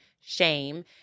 shame